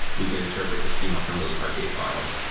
we can interpret the schema from those parquet files.